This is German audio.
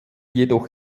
jedoch